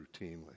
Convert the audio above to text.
routinely